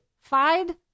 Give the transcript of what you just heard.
Fide